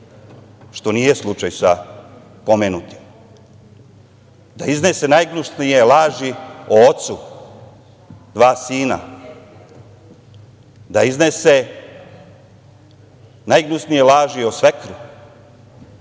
što nije slučaj sa pomenutim, da iznese najgnusnije laži o ocu dva sina, da iznese najgnusnije laži o svekru,